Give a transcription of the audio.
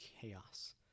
chaos